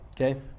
okay